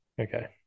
okay